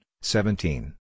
seventeen